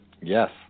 Yes